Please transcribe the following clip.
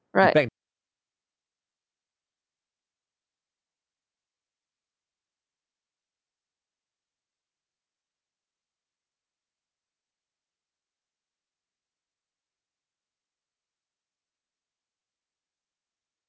right